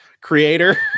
creator